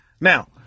Now